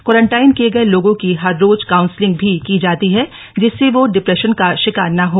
quarantine किए गए लोगों की हर रोज काउंसलिंग भी की जाती है जिसस वो डिप्रश्नन का शिकार न हो